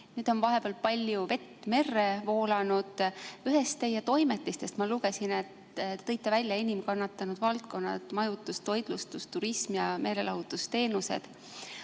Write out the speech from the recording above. Nüüd on vahepeal palju vett merre voolanud. Ühest teie toimetistest ma lugesin, et te tõite välja enim kannatanud valdkonnad: majutus, toitlustus, turism ja meelelahutusteenused.